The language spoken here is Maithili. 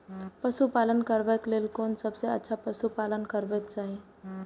पशु पालन करबाक लेल कोन सबसँ अच्छा पशु पालन करबाक चाही?